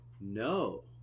no